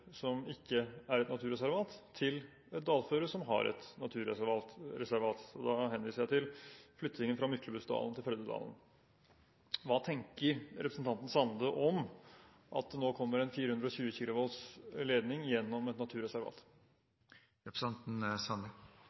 som ikke er et naturreservat, til et dalføre som har et naturreservat. Jeg henviser da til flyttingen fra Myklebustdalen til Førdedalen. Hva tenker representanten Sande om at det nå kommer en 420 kV-ledning gjennom et naturreservat? Begge desse dalføra er flotte dalføre, og